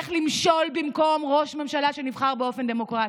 איך למשול במקום ראש ממשלה שנבחר באופן דמוקרטי?